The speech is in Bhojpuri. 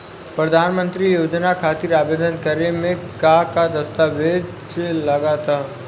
प्रधानमंत्री योजना खातिर आवेदन करे मे का का दस्तावेजऽ लगा ता?